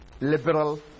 liberal